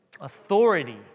Authority